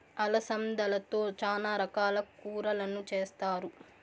అలసందలతో చానా రకాల కూరలను చేస్తారు